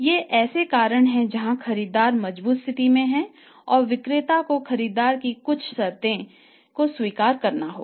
ये ऐसे कारण हैं जहां खरीदार मजबूत स्थिति में है और विक्रेता को खरीदार की कुछ शर्तों को स्वीकार करना होगा